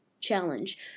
challenge